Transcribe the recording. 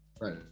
Right